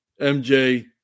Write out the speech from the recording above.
MJ